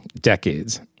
decades